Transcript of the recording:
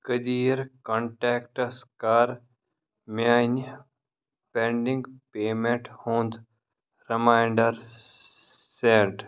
قٔدیٖر contacts کَر میانہِ pending payment ہُنٛد ریمنانڈر سیٹ